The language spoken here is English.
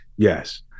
Yes